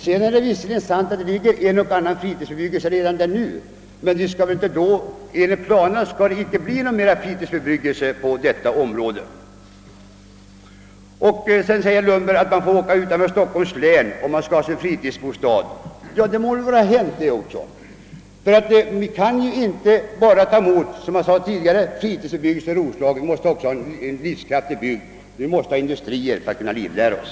Det är visserligen sant att ett och annat fritidshus ligger där redan nu, men enligt planerna skall det inte bli mera fritidsbebyggelse där. Herr Lundberg framhåller att människorna snart måste bege sig utanför Stockholms län för att få en fritidsbostad. Det må väl vara hänt. Vi kan, som jag sade tidigare, inte ha bara fritidsbebyggelse i Roslagen, utan det måste där skapas en livskraftig bygd, och vi behöver industrier för att kunna livnära OSS.